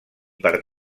per